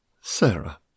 Sarah